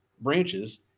branches